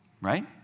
Right